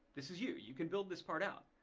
this is you. you can build this part out.